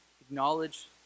acknowledge